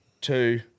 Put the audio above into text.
Two